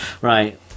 right